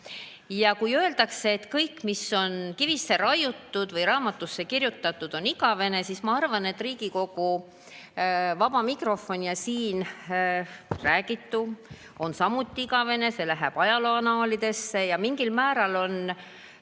Liit. Kui öeldakse, et kõik, mis on kivisse raiutud või raamatusse kirjutatud, on igavene, siis ma arvan, et Riigikogu vaba mikrofon ja siin räägitu on samuti igavene, see läheb ajalooannaalidesse. Väga huvitav on